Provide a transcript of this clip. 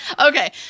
okay